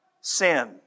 sin